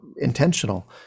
intentional